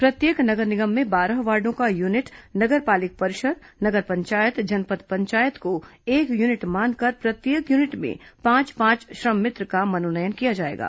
प्रत्येक नगर निगम में बारह वार्डों का यूनिट नगर पालिक परिषद नगर पंचायत जनपद पंचायत को एक यूनिट मानकर प्रत्येक यूनिट में पांच पांच श्रम मित्र का मनोनयन किया जाएगा